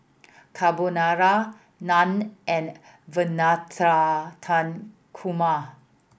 Carbonara Naan and Navratan Korma